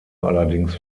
allerdings